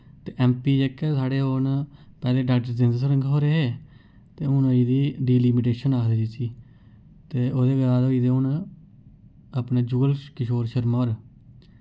ते ऐम्मपी जेह्के साढ़े ओह् न पैह्लें डाक्टर जतिंदर सिंह होर हे ते हून होई दी डीलिमिटेशन आखदे जिसी ते ओह्दे बाद होई दे हून अपने जुगल किशोर शर्मा होर